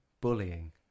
bullying